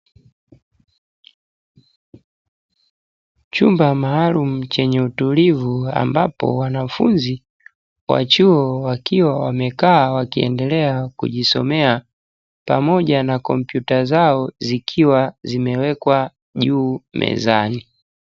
Chumba maalumu chenye utulivu ambapo wanafunzi wa chuo wakiwa wamekaa wakiendelea kujisomea pamoja na kompyuta zao zikiwa zimewekwa juu mezani.